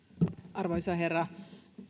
arvoisa herra